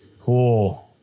Cool